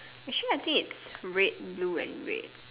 actually I think it's red blue and red